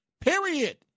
Period